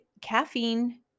caffeine